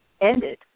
ended